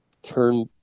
turn